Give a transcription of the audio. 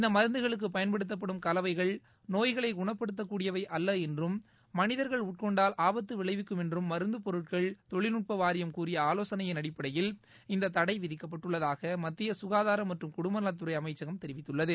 இந்த மருந்துகளுக்கு பயன்படுத்தப்படும் கலவைகள் நோய்களை குணப்படுத்தக்கூடியவை அல்ல என்றும் மனிதர்கள் உட்கொண்டால் ஆபத்து விளைவிக்குமென்றும் மருந்து பொருட்கள் தொழில்நுட்ப வாரியம் கூறிய ஆலோசனை அடிப்படையில் இந்த தடை விதிக்கப்பட்டுள்ளதாக மத்திய சுகாதார மற்றும் குடும்பநலத்துறை அமைச்சகம் தெரிவித்துள்ளது